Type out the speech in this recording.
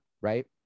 Right